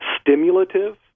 stimulative